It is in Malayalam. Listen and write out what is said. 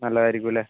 നല്ലതായിരിക്കുമല്ലേ